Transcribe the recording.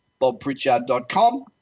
bobpritchard.com